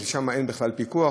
ושם אין בכלל פיקוח,